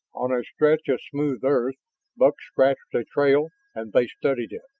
on a stretch of smooth earth buck scratched a trail, and they studied it.